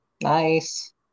Nice